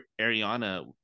Ariana